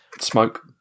smoke